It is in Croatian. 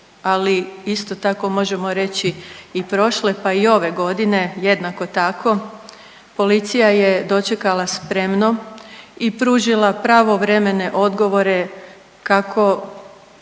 ali isto tako možemo reći i prošle, pa i ove godine jednako tako policija je dočekala spremnom i pružila pravovremene odgovore kako